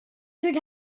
should